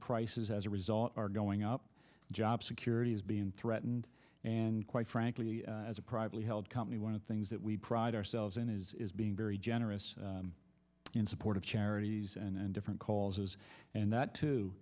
prices as a result are going up job security is being threatened and quite frankly as a privately held company one of the things that we pride ourselves in is being very generous in support of charities and different causes and that too